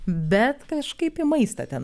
bet kažkaip į maistą ten